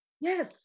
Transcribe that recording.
yes